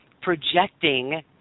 projecting